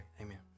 amen